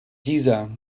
deezer